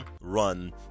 run